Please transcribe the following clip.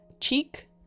cheek